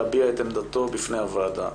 להביע את עמדתו בפני הועדה.